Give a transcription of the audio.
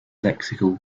lexical